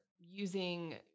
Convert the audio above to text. using